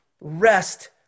rest